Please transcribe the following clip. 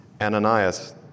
Ananias